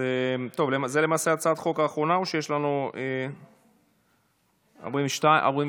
זאת למעשה הצעת החוק האחרונה, או שיש לנו גם 42?